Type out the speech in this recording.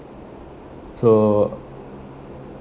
so